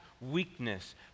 weakness